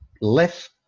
left